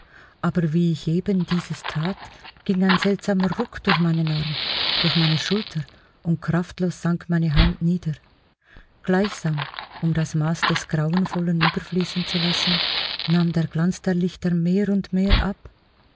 aber wie ich eben dieses tat ging ein seltsamer ruck durch meinen arm durch meine schulter und kraftlos sank meine hand nieder gleichsam um das maß des grauenvollen überfließen zu lassen nahm der glanz der lichter mehr und mehr ab